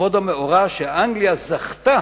לאור המאורע שאנגליה זכתה